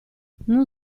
non